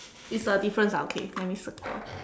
it's a difference ah okay let me circle